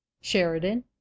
Sheridan